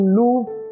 lose